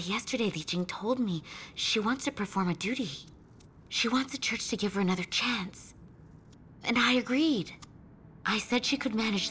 yesterday he told me she wants to perform a duty she wants the church to give her another chance and i agreed i said she could man